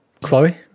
Chloe